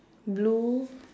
blue